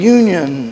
union